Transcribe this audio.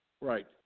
Right